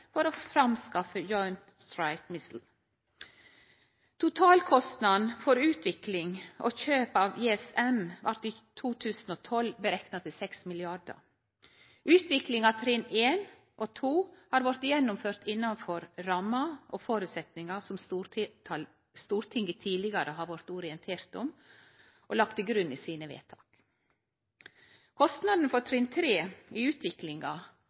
få fram Joint Strike Missile. Totalkostnaden for utvikling og kjøp av JSM blei i 2012 rekna ut til å vere 6 mrd. kr. Utviklinga av trinn I og 2 har vore gjennomført innanfor ramma og føresetnadene Stortinget tidlegare har blitt orientert om og har lagt til grunn i sine vedtak. Kostnaden for trinn 3 i utviklinga